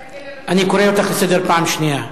תסתכל על השעון, אני קורא אותךְ לסדר פעם שנייה.